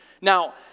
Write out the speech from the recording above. Now